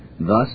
Thus